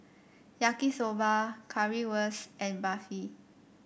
Yaki Soba Currywurst and Barfi